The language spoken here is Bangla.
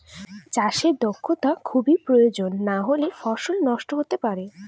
চাষে দক্ষটা খুবই প্রয়োজন নাহলে ফসল নষ্ট হতে পারে